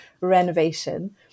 renovation